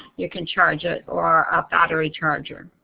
you can charge it or a battery charger.